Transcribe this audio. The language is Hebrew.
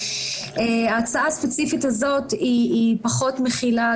ההצעה הספציפית הזאת היא פחות מכילה,